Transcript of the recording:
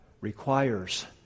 requires